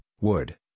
wood